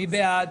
מי בעד?